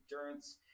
endurance